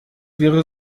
wäre